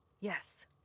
yes